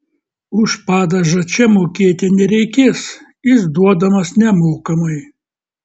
už padažą čia mokėti nereikės jis duodamas nemokamai